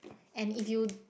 and if you